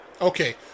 Okay